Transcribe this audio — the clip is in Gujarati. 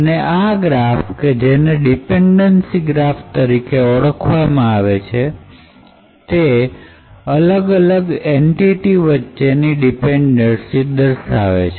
અને આ ગ્રાફ કે જેને ડિપેન્ડન્સી ગ્રાફ તરીકે ઓળખવામાં આવે છે તે અલગ અલગ એન્ટિટી વચ્ચેની ડિપેન્ડન્સી દર્શાવે છે